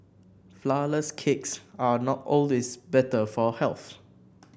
flourless cakes are not always better for health